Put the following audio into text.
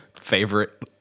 favorite